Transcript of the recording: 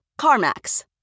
CarMax